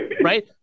Right